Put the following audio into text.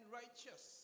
righteous